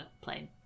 plane